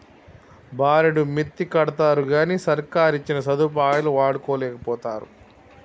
బారెడు మిత్తికడ్తరుగని సర్కారిచ్చిన సదుపాయాలు వాడుకోలేకపోతరు